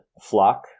Flock